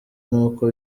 nuko